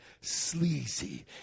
sleazy